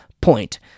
point